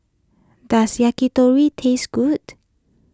does Yakitori taste good